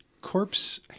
corpse